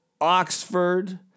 Oxford